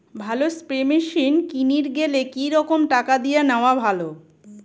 ভালো spray machine কিনির গেলে কি রকম টাকা দিয়া নেওয়া ভালো?